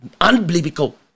Unbelievable